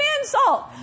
insult